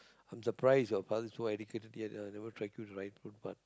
I'm surprised your father so educated yet never track you to the rightful path